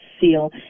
seal